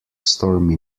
stormy